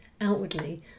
outwardly